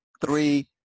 three